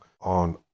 on